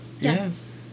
yes